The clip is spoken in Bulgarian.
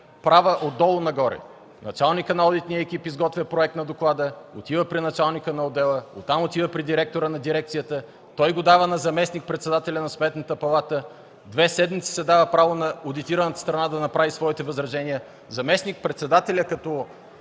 права отдолу нагоре: началникът на одитния екип изготвя проект на доклада, отива при началника на отдела, оттам отива при директора на дирекцията, той го дава на заместник-председателя на Сметната палата. Две седмици се дава право на одитираната страна да направи своите възражения. Заместник-председателят като